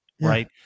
right